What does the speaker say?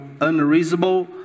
unreasonable